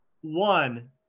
one –